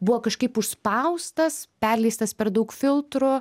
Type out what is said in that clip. buvo kažkaip užspaustas perleistas per daug filtrų